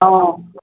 অঁ